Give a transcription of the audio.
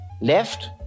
Left